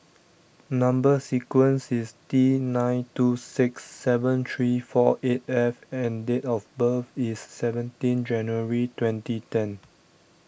Number Sequence is T nine two six seven three four eight F and date of birth is seventeen January twenty ten